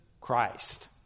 Christ